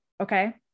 okay